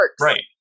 right